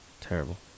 terrible